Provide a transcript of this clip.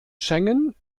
schengen